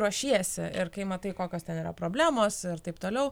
ruošiesi ir kai matai kokios ten yra problemos ir taip toliau